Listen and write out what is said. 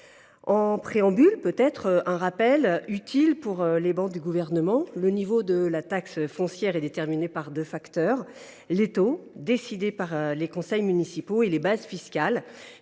En préambule, je veux procéder à un rappel utile pour le Gouvernement. Le niveau de la taxe foncière est déterminé par deux facteurs : les taux, décidés par les conseils municipaux, et les bases fiscales,